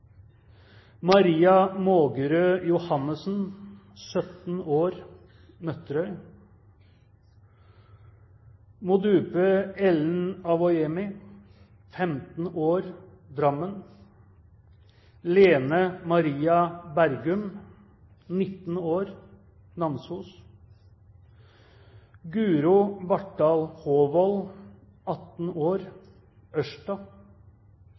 Maria Maagerø Johannesen, 17 år, Nøtterøy Modupe Ellen Awoyemi, 15 år, Drammen Lene Maria Bergum, 19 år, Namsos Guro Vartdal Håvoll, 18 år, Ørsta